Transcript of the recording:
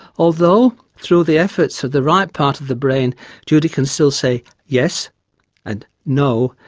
although through the efforts of the right part of the brain judy can still say yes and no,